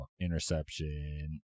interception